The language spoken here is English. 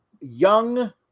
young